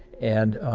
and,